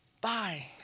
Bye